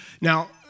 Now